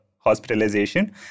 hospitalization